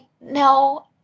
no